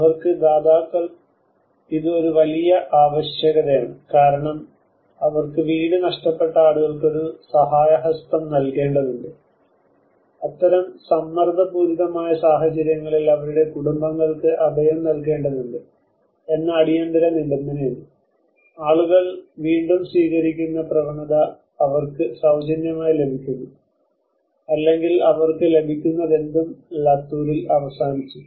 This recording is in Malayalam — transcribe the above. അവർക്ക് ദാതാക്കൾ ഇത് ഒരു വലിയ ആവശ്യകതയാണ് കാരണം അവർക്ക് വീട് നഷ്ടപ്പെട്ട ആളുകൾക്ക് ഒരു സഹായഹസ്തം നൽകേണ്ടതുണ്ട് അത്തരം സമ്മർദപൂരിതമായ സാഹചര്യങ്ങളിൽ അവരുടെ കുടുംബങ്ങൾക്ക് അഭയം നൽകേണ്ടതുണ്ട് എന്ന അടിയന്തിര നിബന്ധനയുണ്ട് ആളുകൾ എന്തും സ്വീകരിക്കുന്ന പ്രവണത അവർക്ക് സൌജന്യമായി ലഭിക്കുന്നു അല്ലെങ്കിൽ അവർക്ക് ലഭിക്കുന്നതെന്തും ലത്തൂരിൽ അവസാനിച്ചു